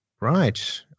Right